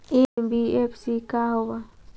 NBFC का होब?